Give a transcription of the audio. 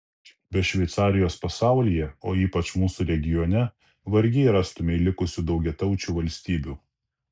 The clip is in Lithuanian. be šveicarijos pasaulyje o ypač mūsų regione vargiai rastumei likusių daugiataučių valstybių